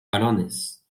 varones